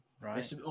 Right